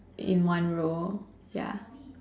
in one row ya